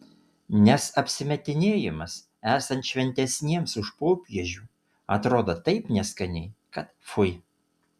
nes apsimetinėjimas esant šventesniems už popiežių atrodo taip neskaniai kad fui